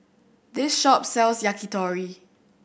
this shop sells Yakitori